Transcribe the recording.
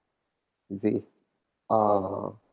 you see uh